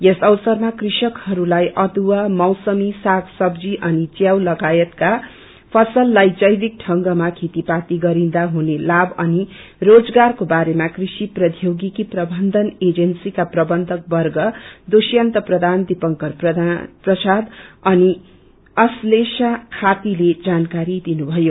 यस अवसरमा कृषकहरूलाई अदुवा मौसमी साग सब्जी अनि च्याउ लगायतका फसललाई जैविक ढंगमा खेतीपाती गरिंदा हुन लाभ अनि रोजगारको बारेमा कृषि प्रौथ्योगिकी प्रबन्धन एजेन्सीका प्रबन्धकवर्ग दुष्यनत प्रधान दीपंकर प्रसाद अनि अध्लेषा खातीले जानक्ररी दिनुभयो